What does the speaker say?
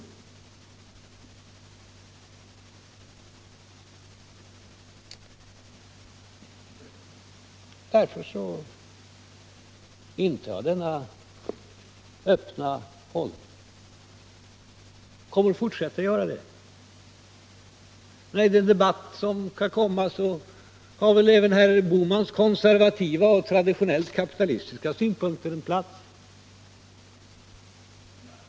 Av det här skälet intar jag denna öppna hållning och kommer att fortsätta att göra det. I den debatt som kan följa har väl även herr Bohmans konservativa och traditionellt kapitalistiska synpunkter en plats.